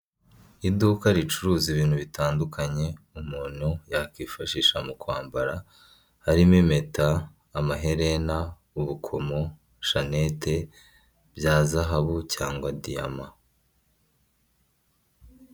Iduka ricuruza ibintu bitandukanye umuntu yakifashisha mu kwambara harimo impeta ,amaherena, ubukomo, shanete bya zahabu cyangwa diyama .